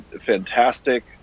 fantastic